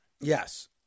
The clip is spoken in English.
Yes